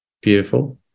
beautiful